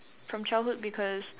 from childhood because